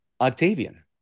Octavian